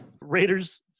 Raiders